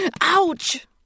Ouch